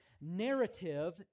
Narrative